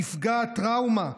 נפגע הטראומה,